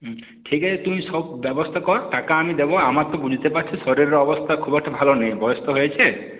হ্যাঁ ঠিক আছে তুমি সব ব্যবস্থা কর টাকা আমি দেবো আমার তো বুঝতে পারছিস শরীরের অবস্থা খুব একটা ভালো নেই বয়স তো হয়েছে